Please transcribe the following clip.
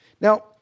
Now